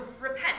repent